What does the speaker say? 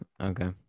Okay